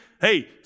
Hey